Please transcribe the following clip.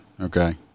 okay